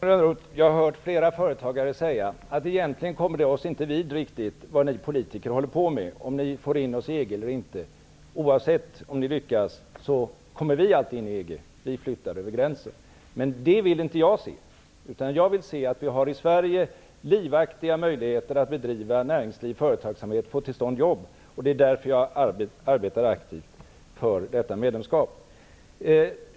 Fru talman! Jag har hört flera företagare säga: Egentligen kommer det oss inte riktigt vid vad ni politiker håller på med, om ni får in oss i EG eller inte. Oavsett om ni lyckas kommer vi alltid med i EG. Vi flyttar över gränsen. Men detta vill inte jag se. Jag vill se att vi i Sverige har livaktiga möjligheter att bedriva näringsliv och företagsamhet och få till stånd jobb. Därför arbetar jag aktivt för detta medlemskap.